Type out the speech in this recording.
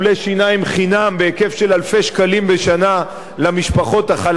בהיקף של אלפי שקלים בשנה למשפחות החלשות ביותר,